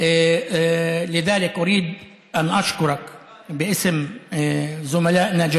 אין ספק שחברי הכנסת,